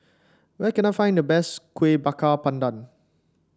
where can I find the best Kueh Bakar Pandan